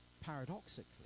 paradoxically